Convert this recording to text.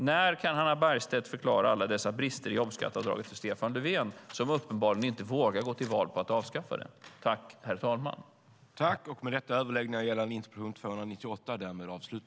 När kan Hannah Bergstedt förklara alla brister i jobbskatteavdraget för Stefan Löfven, som uppenbarligen inte vågar gå till val på att avskaffa det?